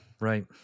right